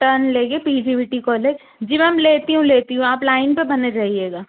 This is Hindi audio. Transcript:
टर्न ले कर P G V T college जी मैम लेती हूँ लेती हूँ आप लाइन पर बने रहिएगा